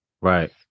Right